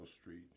Street